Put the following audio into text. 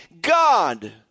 god